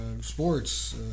sports